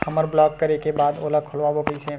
हमर ब्लॉक करे के बाद ओला खोलवाबो कइसे?